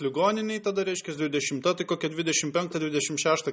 ligoninėj tada reiškias dvidešimta tai kokia dvidešimt penktą dvidešimt šeštą